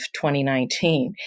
2019